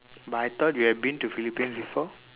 but I thought you have been to philippines before